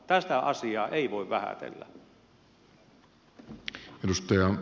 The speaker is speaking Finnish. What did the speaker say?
tätä asiaa ei voi vähätellä